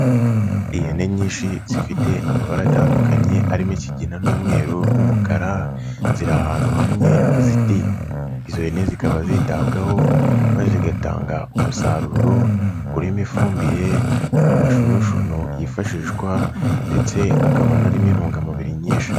Ihene nyinshi zifite amabara atandukanye arimo ikigina n'umweru n'umukara, ziri ahantu hamwe hazitiye, izo hene zikaba zitabwaho maze zigatanga umusaruro, urimo ifumbire, amashunushunu yifashishwa ndetse akaba anarimo intungamubiri nyinshi.